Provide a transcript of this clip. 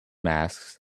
masks